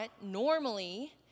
normally